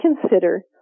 consider